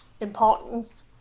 importance